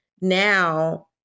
now